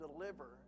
deliver